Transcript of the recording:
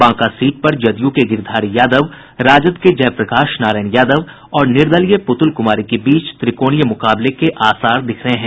Banka seat पर जदयू के गिरिधारी यादव राजद के जय प्रकाश नारायण यादव और निर्दलीय पुतुल कुमारी के बीच त्रिकोणीय मुकाबले के आसार दिख रहे हैं